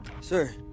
Sir